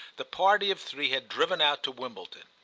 the party of three had driven out to wimbledon.